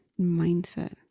mindset